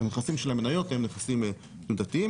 הנכסים של המניות הם נכסים תנודתיים.